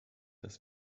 dass